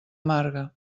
marga